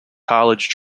college